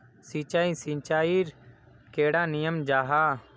सिंचाई सिंचाईर कैडा नियम जाहा?